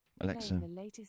Alexa